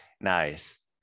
Nice